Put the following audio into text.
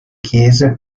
chiese